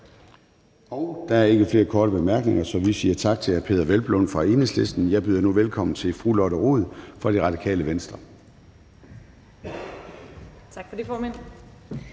Der er ikke flere korte bemærkninger, så vi siger tak til hr. Peder Hvelplund fra Enhedslisten. Jeg byder nu velkommen til fru Lotte Rod fra Radikale Venstre.